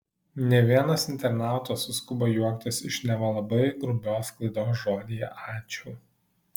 ne vienas internautas suskubo juoktis iš neva labai grubios klaidos žodyje ačiū